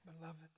beloved